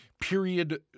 period